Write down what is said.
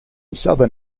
southern